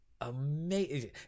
amazing